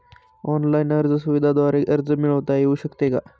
Online अर्ज सुविधांद्वारे कर्ज मिळविता येऊ शकते का?